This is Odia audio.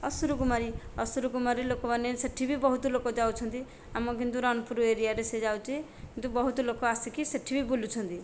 ଅସୁରକୁମାରୀ ଅସୁରକୁମାରୀ ଲୋକମାନେ ସେଇଠି ବି ବହୁତ ଲୋକ ଯାଉଛନ୍ତି ଆମ କିନ୍ତୁ ରଣପୁର ଏରିଆରେ ସେ ଯାଉଛି ବହୁତ ଲୋକ ଆସିକି ସେଇଠି ବି ବୁଲୁଛନ୍ତି